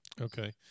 Okay